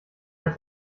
hat